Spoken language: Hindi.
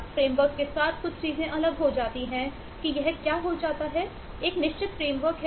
फ्रेमवर्क है